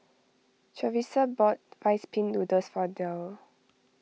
Charissa bought Rice Pin Noodles for Derl